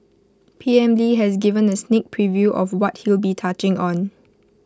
P M lee has given A sneak preview of what he'll be touching on